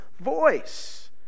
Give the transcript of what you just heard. voice